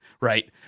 right